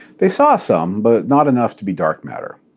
they saw some, but not enough to be dark matter.